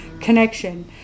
connection